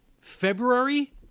february